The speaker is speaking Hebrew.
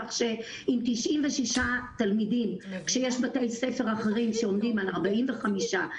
כך שעם 96 תלמידים כשיש בתי ספר אחרים שעומדים על 42 45,